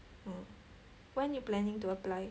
orh when you planning to apply